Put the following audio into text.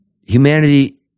Humanity